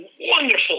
wonderful